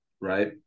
right